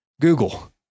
Google